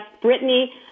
Brittany